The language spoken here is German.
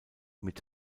mit